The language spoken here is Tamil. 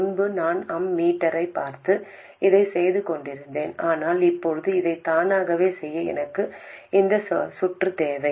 முன்பு நான் அம்மீட்டரைப் பார்த்து இதைச் செய்து கொண்டிருந்தேன் ஆனால் இப்போது இதை தானாகவே செய்ய எனக்கு இந்த சுற்று தேவை